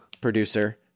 producer